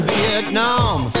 Vietnam